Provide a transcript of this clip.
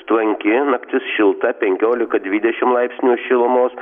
tvanki naktis šilta penkiolika dvidešimt laipsnių šilumos